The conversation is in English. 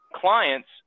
clients